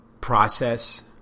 process